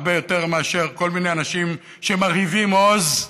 הרבה יותר מאשר כל מיני אנשים שמרהיבים עוז,